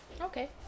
Okay